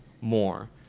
more